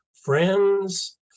friends